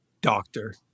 Doctor